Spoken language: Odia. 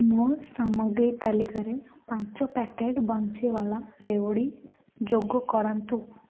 ମୋ ସାମଗ୍ରୀ ତାଲିକାରେ ପାଞ୍ଚ ପ୍ୟାକେଟ୍ ବଂଶୀୱାଲା ରେୱଡ଼ି ଯୋଗ କରନ୍ତୁ